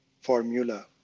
formula